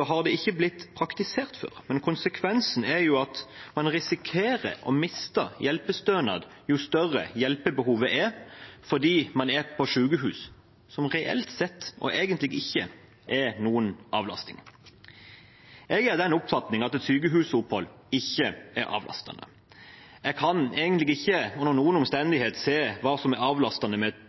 har det ikke blitt praktisert før, men konsekvensen er at man risikerer å miste hjelpestønad jo større hjelpebehovet er, fordi man er på sykehus, noe som reelt sett og egentlig ikke er noen avlastning. Jeg er av den oppfatning at et sykehusopphold ikke er avlastende. Jeg kan egentlig ikke under noen omstendighet se hva som er avlastende med